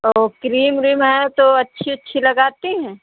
और क्रीम व्रीम है तो अच्छी वच्ची लगाती हैं